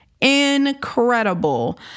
incredible